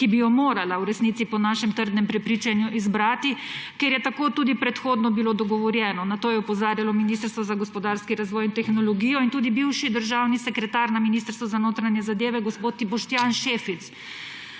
ki bi jo morala v resnici po našem trdnem prepričanju izbrati, ker je tako tudi predhodno bilo dogovorjeno. Na to je opozarjalo Ministrstvo za gospodarski razvoj in tehnologijo in tudi bivši državni sekretar na Ministrstvu za notranje zadeve gospod Boštjan Šefic.